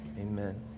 Amen